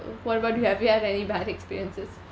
what about you have you had any bad experiences